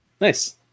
Nice